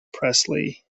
presley